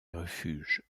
refuge